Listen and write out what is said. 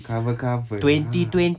cover cover lah